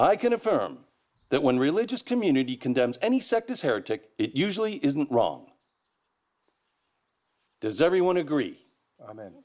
i can affirm that when religious community condemns any sect as heretic it usually isn't wrong does everyone agree i'm